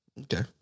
Okay